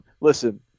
Listen